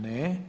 Ne.